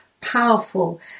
powerful